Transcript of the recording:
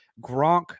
Gronk